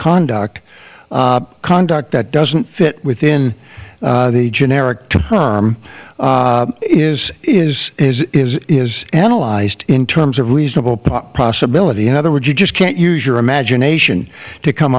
conduct conduct that doesn't fit within the generic is is is is is analyzed in terms of reasonable possibility in other words you just can't use your imagination to come